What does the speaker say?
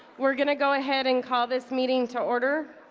we're gonna go ahead and call this meeting to order